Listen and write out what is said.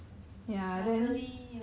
orh